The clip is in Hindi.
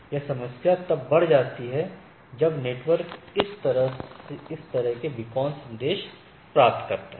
यह समस्या तब बढ़ जाती है जब नेटवर्क इस तरह के बीकन संदेश प्राप्त करता है